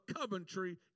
Coventry